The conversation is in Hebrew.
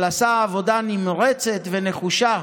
אבל הוא עשה עבודה נמרצת ונחושה